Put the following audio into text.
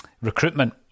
recruitment